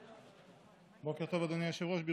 בוקר טוב, אדוני היושב-ראש.